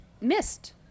missed